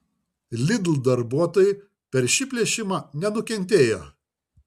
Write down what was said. lidl darbuotojai per šį plėšimą nenukentėjo